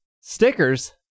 stickers